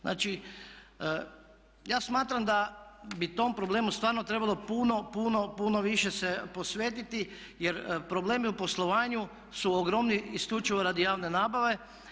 Znači ja smatram da bi tom problemu stvarno trebalo puno, puno više se posvetiti jer problemi u poslovanju su ogromni isključivo radi javne nabave.